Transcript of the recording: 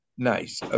Nice